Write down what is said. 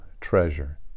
treasure